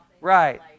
Right